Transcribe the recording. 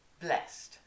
blessed